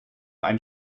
ein